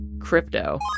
Crypto